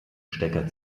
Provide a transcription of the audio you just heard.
stecker